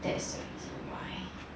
that's expensive